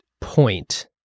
point